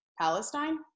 Palestine